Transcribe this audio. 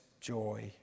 joy